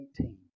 18